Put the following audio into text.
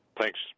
Thanks